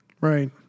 Right